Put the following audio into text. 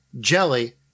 Jelly